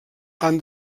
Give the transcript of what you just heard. han